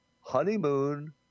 Honeymoon